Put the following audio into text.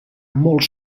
molt